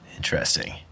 Interesting